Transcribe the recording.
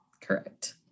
correct